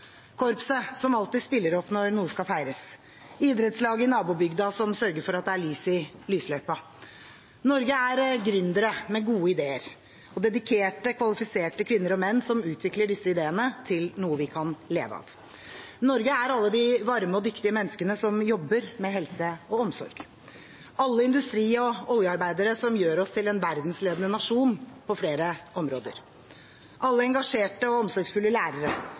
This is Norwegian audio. korpset som alltid spiller opp når noe skal feires, og idrettslaget i nabobygda som sørger for at det er lys i lysløypa. Norge er gründere med gode ideer og dedikerte, kvalifiserte kvinner og menn som utvikler disse ideene til noe vi kan leve av. Norge er alle de varme og dyktige menneskene som jobber med helse og omsorg, alle industri- og oljearbeiderne som gjør oss til en verdensledende nasjon på flere områder, alle engasjerte og omsorgsfulle lærere,